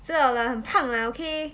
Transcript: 知道啦很胖啦 okay